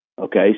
Okay